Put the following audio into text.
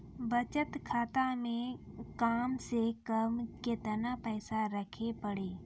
बचत खाता मे कम से कम केतना पैसा रखे पड़ी?